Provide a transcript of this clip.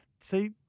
See